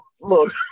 look